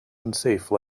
unsafe